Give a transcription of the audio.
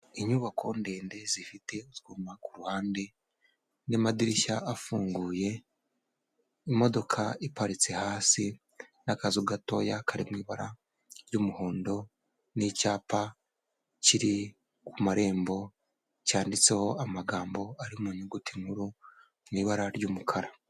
Inyubako ndende zifite utwuma ku ruhande n'amadirishya afunguye, imodoka iparitse hasi n'akazu gatoya kari mu ibara ry'muhondo, n'icyapa kiri ku marembo cyanditseho amagambo ari mu nyuguti nkuru mu ibara ry'umukara.